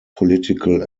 political